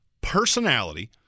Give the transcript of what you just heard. personality